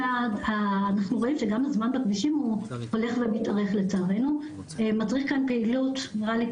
ואנחנו רואים שגם הזמן בכבישים הולך ומתארך --- סליחה שאני